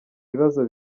bibazo